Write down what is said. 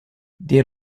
der